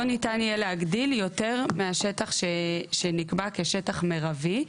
לא ניתן יהיה להגדיל יותר מהשטח שנקבע כשטח מירבי,